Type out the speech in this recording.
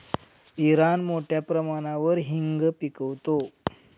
Iran मोठ्या प्रमाणावर हिंग पिकवतो